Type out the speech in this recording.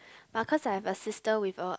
but of course I have a sister with a